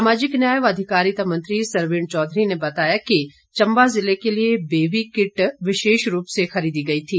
सामाजिक न्याय व अधिकारिता मंत्री सरवीण चौधरी ने बताया कि चंबा जिले के लिए बेबी किट विशेष रूप से खरीदी गई थी